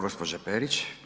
Gospođa Perić.